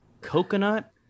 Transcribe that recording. coconut